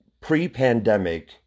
pre-pandemic